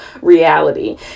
reality